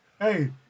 Hey